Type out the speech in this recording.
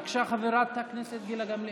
בבקשה, חברת הכנסת גילה גמליאל,